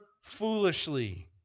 foolishly